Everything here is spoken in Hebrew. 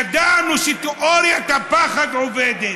ידענו שתיאוריית הפחד עובדת.